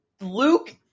Luke